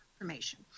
information